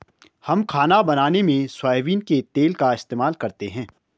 हम खाना बनाने में सोयाबीन के तेल का इस्तेमाल करते हैं